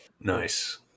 Nice